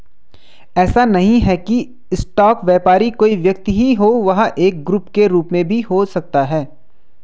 ऐसा नहीं है की स्टॉक व्यापारी कोई व्यक्ति ही हो वह एक ग्रुप के रूप में भी हो सकता है